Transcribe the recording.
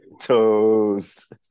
Toast